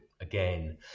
again